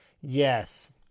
Yes